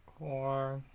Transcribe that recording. or.